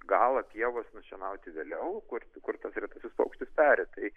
galą pievos nušienauti vėliau kur kur tas retasis paukštis peri tai